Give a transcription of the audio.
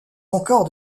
encore